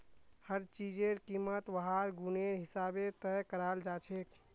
हर चीजेर कीमत वहार गुनेर हिसाबे तय कराल जाछेक